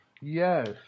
Yes